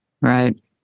Right